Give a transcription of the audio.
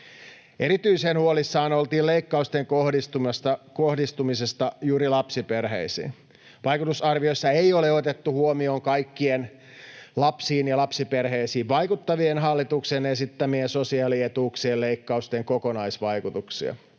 Erityisen huolissaan oltiin leikkausten kohdistumisesta juuri lapsiperheisiin. Vaikutusarvioissa ei ole otettu huomioon kaikkien lapsiin ja lapsiperheisiin vaikuttavien hallituksen esittämien sosiaalietuuksien leikkausten kokonaisvaikutuksia.